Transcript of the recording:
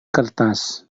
kertas